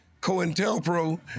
COINTELPRO